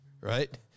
right